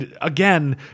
again